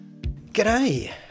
G'day